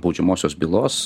baudžiamosios bylos